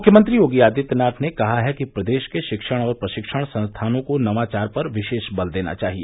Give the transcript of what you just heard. मुख्यमंत्री योगी आदित्यनाथ ने कहा है कि प्रदेश के शिक्षण और प्रशिक्षण संस्थानों को नवाचार पर विशेष बल देना चाहिए